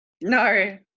No